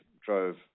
drove